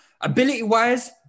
ability-wise